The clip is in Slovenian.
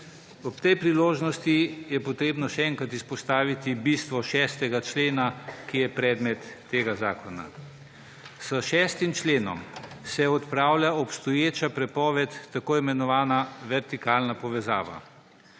Ob tej priložnosti je treba še enkrat izpostaviti bistvo 6. člena, ki je predmet tega zakona. S 6. členom se odpravlja obstoječa prepoved, tako imenovana vertikalna povezava.